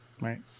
Right